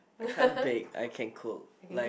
I can't bake I can cook like